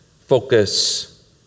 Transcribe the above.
focus